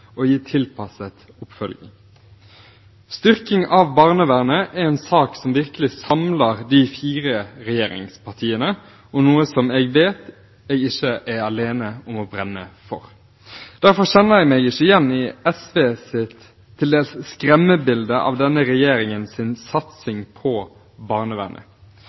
og gi tilpasset oppfølging. Styrking av barnevernet er en sak som virkelig samler de fire regjeringspartiene, og er noe som jeg vet jeg ikke er alene om å brenne for. Derfor kjenner jeg meg ikke igjen i det som fra SV til dels er et skremmebilde av denne regjeringens satsing på barnevernet.